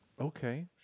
Okay